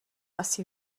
asi